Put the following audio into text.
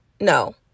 No